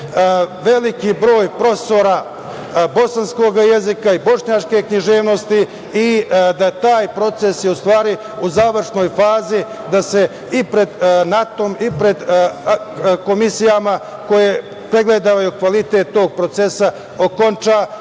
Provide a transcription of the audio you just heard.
veliki broj profesora bosanskog jezika i bošnjačke književnosti. Taj proces je u završnoj fazi i da se i pred NAT-om i pred komisijama koje pregledaju kvalitet taj proces okonča